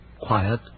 quiet